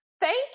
Thank